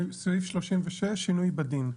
סעיף 36, שינוי בדין.